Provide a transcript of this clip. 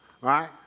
right